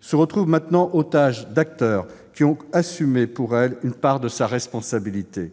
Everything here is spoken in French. se retrouve maintenant otage d'acteurs qui ont assumé pour elle une part de ses responsabilités.